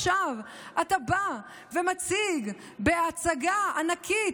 עכשיו אתה בא ומציג בהצגה ענקית,